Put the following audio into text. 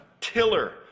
tiller